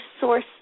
source